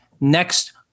next